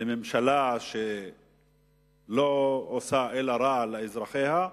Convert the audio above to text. ממשלה שלא עושה אלא רע לאזרחיה,